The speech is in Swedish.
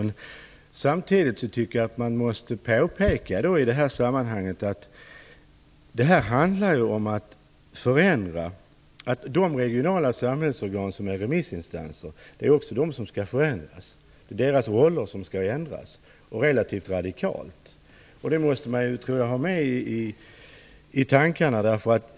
Men samtidigt måste man i det här sammanhanget påpeka att det handlar om att de regionala samhällsorgan som är remissinstanser också är de som skall förändras. Det är deras roller som skall förändras relativt radikalt. Detta måste man ha med i tankarna.